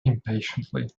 impatiently